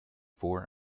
four